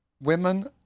Women